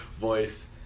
voice